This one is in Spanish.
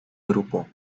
grupo